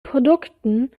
produkten